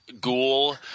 Ghoul